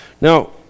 Now